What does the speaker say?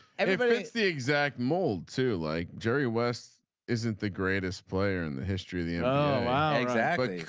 everybody thinks the exact mold too like jerry was isn't the greatest player in the history of the. oh exactly.